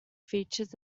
features